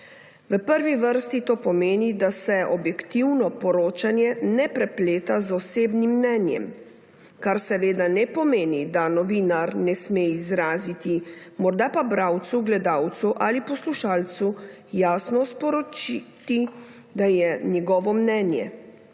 V prvi vrsti to pomeni, da se objektivno poročanje ne prepleta z osebnim mnenjem, kar seveda ne pomeni, da se novinar ne sme izraziti, mora pa bralcu, gledalcu ali poslušalcu jasno sporočiti, da je njegovo mnenje,